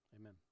amen